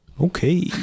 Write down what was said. okay